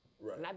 right